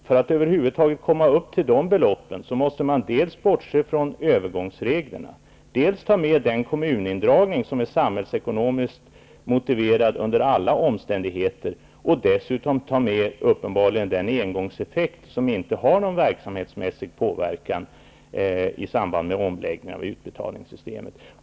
För att över huvud taget komma upp i de beloppen måste man dels bortse från övergångsreglerna, dels ta med den kommunindragning som är samhällsekonomiskt motiverad under alla omständigheter och dessutom uppenbarligen ta med den engångseffekt som inte har någon verksamhetsmässig påverkan i samband med omläggningen av utbetalningssystemet.